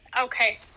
Okay